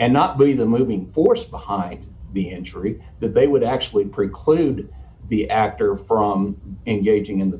and not be the moving force behind the injury that they would actually preclude the actor from engaging in th